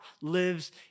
lives